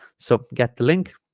so get the link